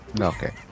Okay